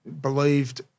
believed